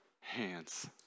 hands